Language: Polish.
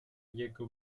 jego